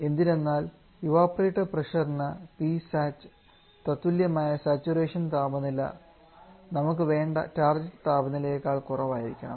എന്തിനെന്നാൽ evaporator പ്രഷറിന്Psat തത്തുല്യമായ saturation താപനിലTE നമുക്ക് വേണ്ട ടാർജറ്റ് താപനിലയെക്കാൾ കുറവായിരിക്കണം